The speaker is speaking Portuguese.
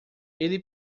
ele